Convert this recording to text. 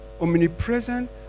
omnipresent